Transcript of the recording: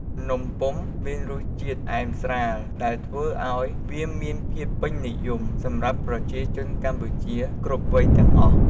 នំពុម្ពមានរសជាតិផ្អែមស្រាល ដែលធ្វើឱ្យវាមានភាពពេញនិយមសម្រាប់ប្រជាជនកម្ពុជាគ្រប់វ័យទាំងអស់។